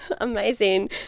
amazing